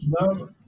No